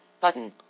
Button